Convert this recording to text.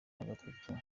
nagatatu